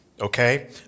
okay